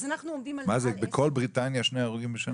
אז אנחנו עומדים על מעל עשר --- מה זה בכל בריטניה שני הרוגים בשנה?